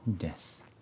Yes